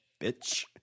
bitch